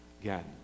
Again